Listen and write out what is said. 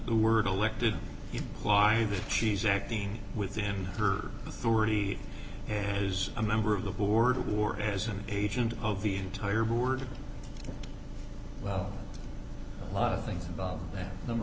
the word elected imply that she's acting within her authority and is a member of the board of war as an agent of the entire board well a lot of things about that number